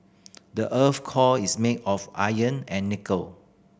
the earth's core is made of iron and nickel